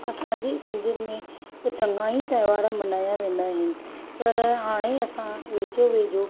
असांजे सिंधियुनि में चङा ई त्योहार मल्हाया वेंदा आहिनि पर हाणे असां वेझो वेझो